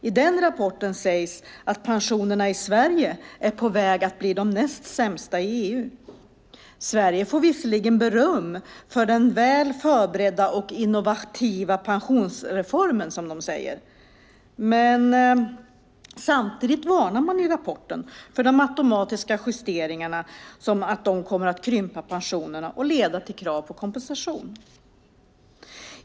I den rapporten sägs att pensionerna i Sverige är på väg att bli de näst sämsta i EU. Sverige får visserligen beröm för den väl förberedda och innovativa pensionsreformen, som man säger. Men samtidigt varnar man i rapporten för att de automatiska justeringarna kommer att krympa pensionerna och leda till krav på kompensation.